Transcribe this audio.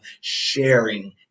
sharing